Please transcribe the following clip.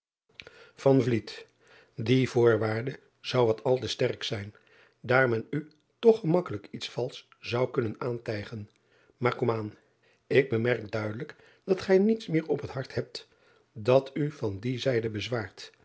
ie voorwaarde zou wat al te sterk zijn daar men u toch gemakkelijk iets valsch zou kunnen aantijgen maar kom aan k bemerk duidelijk dat gij niets meer op het hart hebt dat u van die zijde bezwaart